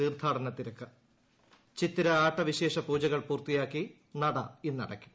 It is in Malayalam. തീർത്ഥാടനത്തിരക്ക് ചിത്തിര ആട്ട വിശേഷപൂജകൾ പൂർത്തിയാക്കി നട ഇന്ന് അടയ്ക്കും